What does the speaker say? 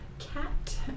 cat